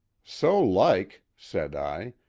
so like, said i,